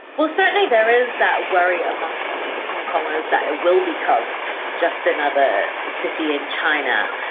well, certainly there is that worry amongst hong kongers that it will become just another city in china.